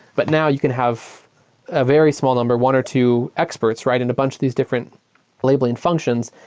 but now you can have a very small number, one or two experts, writing a bunch these different labeling functions,